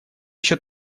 еще